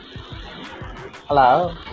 hello